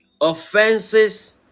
offenses